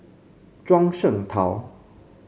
Zhuang Shengtao